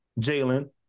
Jalen